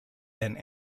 and